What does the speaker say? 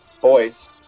boys